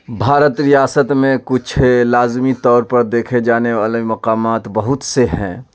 بھارت ریاست میں کچھ لازمی طور پر دیکھے جانے والے مقامات بہت سے ہیں